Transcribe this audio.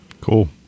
cool